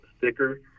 thicker